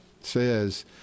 says